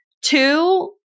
Two